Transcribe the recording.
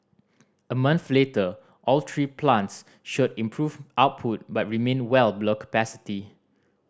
a month later all three plants showed improved output but remained well below capacity